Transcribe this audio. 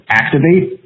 activate